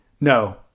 No